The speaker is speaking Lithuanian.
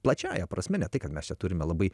plačiąja prasme ne tai kad mes čia turime labai